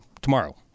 tomorrow